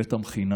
לבית המכינה